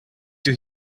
you